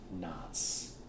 knots